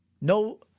No